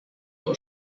aus